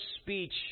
speech